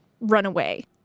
runaway